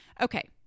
Okay